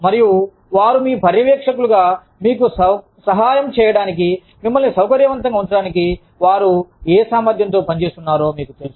మరియు వారు మీ పర్యవేక్షకులుగా మీకు సహాయం చేయడానికి మిమ్మల్ని సౌకర్యవంతంగా ఉంచడానికి వారు ఏ సామర్థ్యంతో పని చేస్తున్నారో మీకు తెలుసు